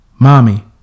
Mommy